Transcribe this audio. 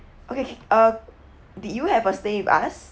okay uh did you have a stay with us